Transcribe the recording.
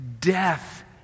death